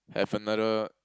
have another